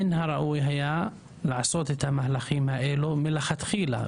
מן הראוי היה לעשות את המהלכים האלו מלכתחילה